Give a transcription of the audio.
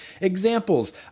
examples